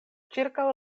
ĉirkaŭ